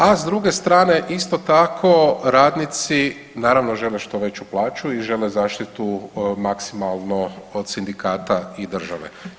A s druge strane isto tako radnici naravno žele što veću plaću i žele zaštitu maksimalno od sindikata i države.